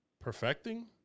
Perfecting